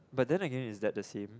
but then again is that the same